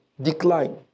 decline